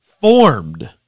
formed